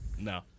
No